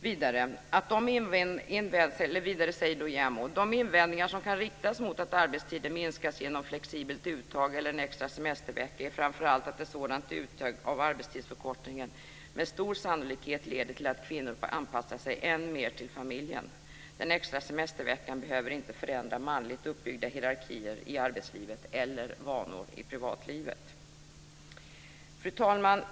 Vidare skriver JämO så här: "De invändningar som kan riktas mot att arbetstiden minskas genom flexibelt uttag eller en extra semestervecka är framför allt att ett sådant uttag av arbetstidsförkortningen med stor sannolikhet leder till att kvinnor anpassar sig än mer till familjen. Den extra semesterveckan behöver inte förändra manligt uppbyggda hierarkier i arbetslivet eller vanor i privatlivet." Fru talman!